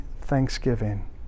thanksgiving